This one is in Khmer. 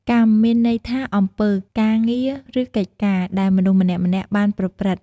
កម្ម មានន័យថា អំពើ ការងារ ឬកិច្ចការ ដែលមនុស្សម្នាក់ៗបានប្រព្រឹត្ត។